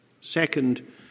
Second